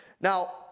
Now